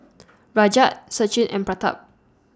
Rajat Sachin and Pratap